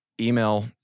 Email